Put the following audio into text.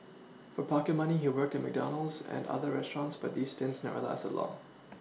for pocket money he worked at McDonald's and other restaurants but these stints never lasted long